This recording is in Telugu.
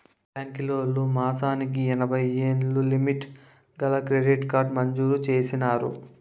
బాంకీలోల్లు మాసానికి ఎనభైయ్యేలు లిమిటు గల క్రెడిట్ కార్డు మంజూరు చేసినారు